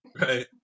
Right